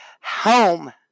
home